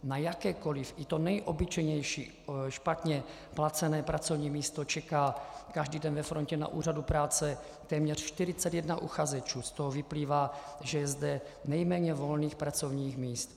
Na jakékoli, i to nejobyčejnější, špatně placené pracovní místo, čeká každý den ve frontě na úřadu práce téměř 41 uchazečů, z toho vyplývá, že je zde nejméně volných pracovních míst.